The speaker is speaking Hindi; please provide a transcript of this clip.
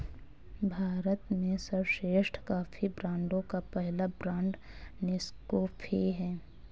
भारत में सर्वश्रेष्ठ कॉफी ब्रांडों का पहला ब्रांड नेस्काफे है